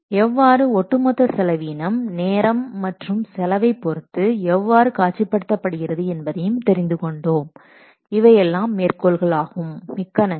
எவ்வாறு ஒட்டுமொத்த செலவீனம் நேரம் மற்றும் செலவை பொருத்து எவ்வாறு காட்சிப்படுத்தப்படுகிறது என்பதையும் தெரிந்து கொண்டோம் இவையெல்லாம் மேற்கோள்கள் ஆகும் மிக்க நன்றி